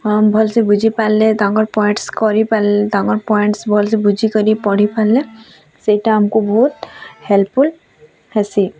ହଁ ଭଲ୍ସେ ବୁଝିପାରିଲେ ତାଙ୍କର୍ ପଏଣ୍ଟସ୍ କରି ପାର୍ ତାଙ୍କର୍ ପଏଣ୍ଟସ୍ ଭଲ୍ସେ ବୁଝିକରି ପଢ଼ିପାରିଲେ ସେଇଟା ଆମକୁ ବହୁତ୍ ହେଲ୍ପଫୁଲ୍ ହେସି